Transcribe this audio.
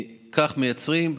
כך מייצרים,